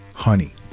honey